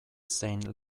zein